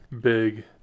big